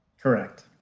Correct